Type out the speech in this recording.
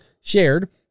shared